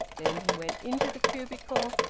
then he went into the cubicle,